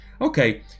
Okay